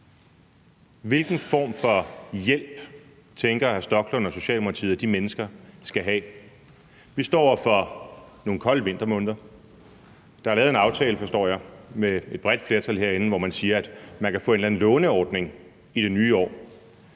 Hvilken form for hjælp tænker hr. Rasmus Stoklund og Socialdemokratiet at de mennesker skal have? Vi står over for nogle kolde vintermåneder. Der er lavet en aftale, forstår jeg, med et bredt flertal herinde, hvor man siger, at folk kan få en eller anden låneordning i det nye år.